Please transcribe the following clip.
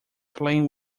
playing